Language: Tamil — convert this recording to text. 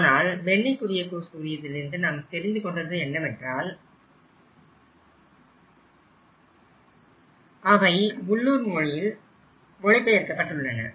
ஆனால் பென்னி குரியகோஸ் கூறியதில் நாம் தெரிந்து கொண்டது என்னவென்றால் அவை உள்ளூர் மொழியில் மொழிபெயர்க்கப்பட்டுள்ளன